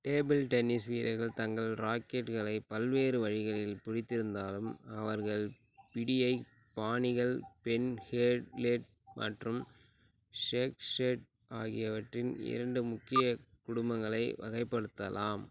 table tennis வீரர்கள் தங்கள் ராக்கெட்டுகளை பல்வேறு வழிகளில் பிடித்திருந்தாலும் அவர்கள் பிடியை பாணிகள் பென்ஹோல்ட் லேட் மற்றும் ஷேக்ஷேட் ஆகியவற்றின் இரண்டு முக்கிய குடும்பங்களை வகைப்படுத்தலாம்